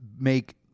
make